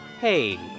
Hey